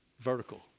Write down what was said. Vertical